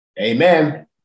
Amen